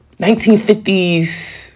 1950s